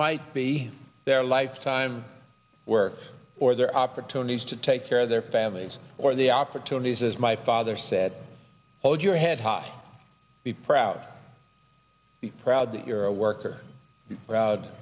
might be their lifetime work or their opportunities to take care of their families or the opportunities as my father said hold your head high be proud be proud that you're a worker rou